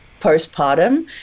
postpartum